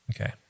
Okay